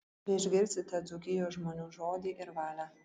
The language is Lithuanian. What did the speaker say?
čia išgirsite dzūkijos žmonių žodį ir valią